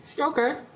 Okay